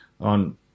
on